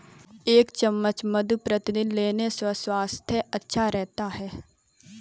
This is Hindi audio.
एक चम्मच मधु प्रतिदिन लेने से स्वास्थ्य अच्छा रहता है